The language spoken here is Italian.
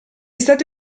stati